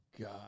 God